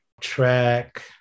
track